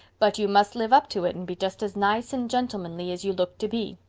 but you must live up to it and be just as nice and gentlemanly as you look to be.